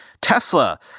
Tesla